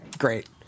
Great